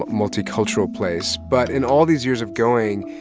multicultural place. but in all these years of going,